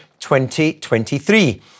2023